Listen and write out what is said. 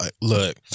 look